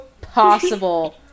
possible